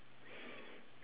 oh my goodness